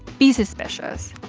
be suspicious.